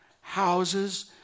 houses